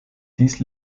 dies